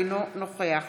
אינו נוכח